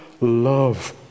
love